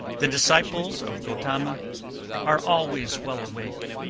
the disciples of gotama are always well awake,